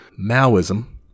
Maoism